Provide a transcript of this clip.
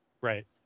Right